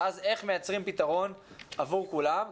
ואז איך מייצרים פתרון עבור כולם,